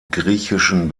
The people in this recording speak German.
griechischen